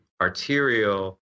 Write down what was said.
arterial